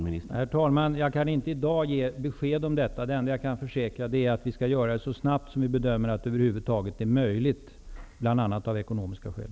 Herr talman! Jag kan inte i dag ge något besked. Det enda som jag kan försäkra är att reformen skall genomföras så snabbt som vi bedömer att det över huvud taget är möjligt bl.a. av ekonomiska skäl.